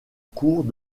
cours